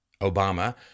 Obama